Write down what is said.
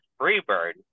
Freebird